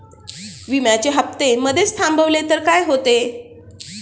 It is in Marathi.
विम्याचे हफ्ते मधेच थांबवले तर काय होते?